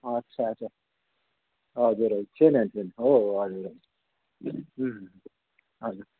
अच्छा अच्छा हजुर हजुर थिएन थिएन हो हो हजुर हजुर हजुर